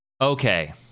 Okay